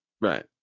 Right